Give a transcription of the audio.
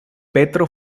petro